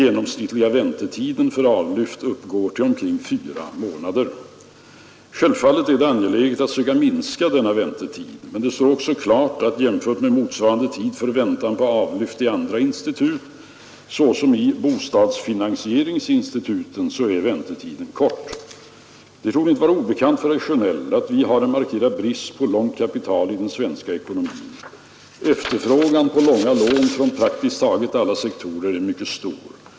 Den genomsnittliga väntetiden för avlyft uppgår till omkring fyra månader. Självfallet är det angeläget att söka minska denna väntetid. Men det står också klart att jämfört med motsvarande tid för väntan på avlyft i andra institut, såsom i bostadsfinansieringsinstituten, är denna väntetid mycket kort. Det torde inte vara obekant för herr Sjönell att vi har en markerad brist på långt kapital i den svenska ekonomin. Efterfrågan på långa lån från praktiskt taget alla sektorer är mycket stor.